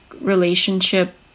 relationship